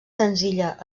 senzilla